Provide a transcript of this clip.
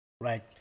Right